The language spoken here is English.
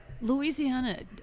Louisiana